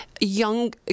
young